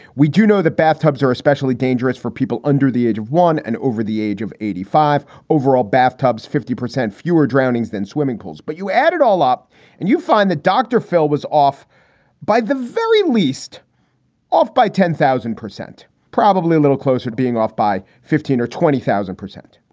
we do know that bathtubs are especially dangerous for people under the age of one and over the age of eighty five overall bathtubs, fifty percent fewer drownings than swimming pools. but you add it all up and you find that dr. phil was off by the very least off by ten thousand thousand percent, probably a little closer to being off by fifteen or twenty thousand percent.